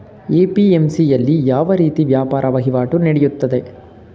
APMC ಯಲ್ಲಿ ಯಾವ ರೀತಿ ವ್ಯಾಪಾರ ವಹಿವಾಟು ನೆಡೆಯುತ್ತದೆ?